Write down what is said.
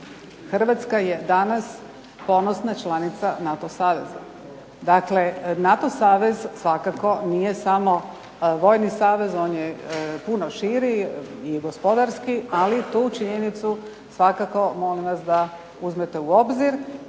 Hrvatska je danas ponosna članica NATO saveza. Dakle, NATO savez svakako nije samo vojni savez, on je puno širi i gospodarski ali tu činjenicu molim vas da uzmete u obzir.